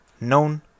known